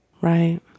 Right